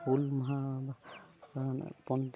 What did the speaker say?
ᱦᱩᱞ ᱢᱟᱦᱟ ᱵᱚᱱ